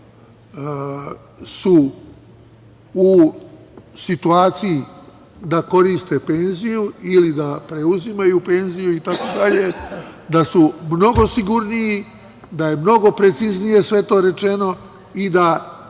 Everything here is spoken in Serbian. su u situaciji da koriste penziju ili da preuzimaju penziju itd, da su mnogo sigurniji, da je mnogo preciznije sve to rečeno i da